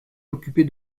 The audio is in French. occuper